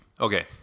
Okay